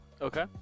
Okay